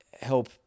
help